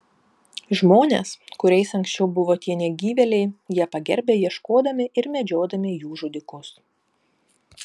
žmones kuriais anksčiau buvo tie negyvėliai jie pagerbia ieškodami ir medžiodami jų žudikus